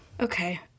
Okay